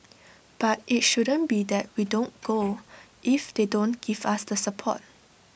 but IT shouldn't be that we don't go if they don't give us the support